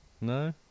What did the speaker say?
No